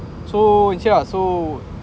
so yeah so